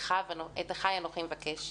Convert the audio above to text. את אחיי אנוכי מבקש,